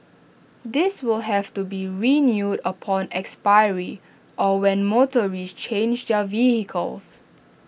this will have to be renewed upon expiry or when motorists change their vehicles